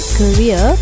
career